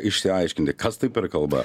išsiaiškinti kas tai per kalba